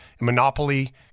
monopoly